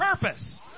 purpose